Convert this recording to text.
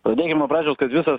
pradėkim nuo pradžios kad visas